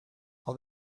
all